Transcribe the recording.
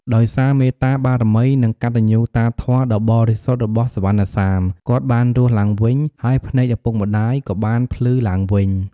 ដោយសារមេត្តាបារមី និងកតញ្ញូតាធម៌ដ៏បរិសុទ្ធរបស់សុវណ្ណសាម គាត់បានរស់ឡើងវិញ ហើយភ្នែកឪពុកម្ដាយក៏បានភ្លឺឡើងវិញ។